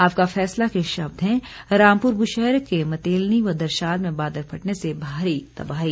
आपका फैसला के शब्द हैं रामपुर ब्रशहर के मतेलनी व दरशाल में बादल फटने से भारी तबाही